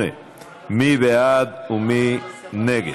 8). מי בעד ומי נגד?